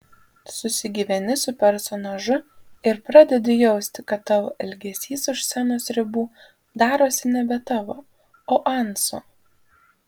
susigyveni su personažu ir pradedi jausti kad tavo elgesys už scenos ribų darosi nebe tavo o anso